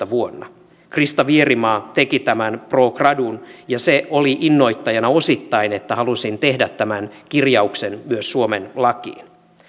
vuonna kaksituhattakaksitoista krista vierimaa teki tämän pro gradun ja se oli innoittajana osittain että halusin tehdä tämän kirjauksen myös suomen lakiin